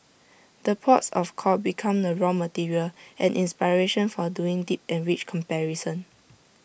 the ports of call become the raw material and inspiration for doing deep and rich comparison